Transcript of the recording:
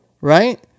right